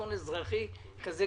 אסון אזרחי גדול כזה.